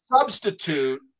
substitute